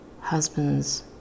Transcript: husband's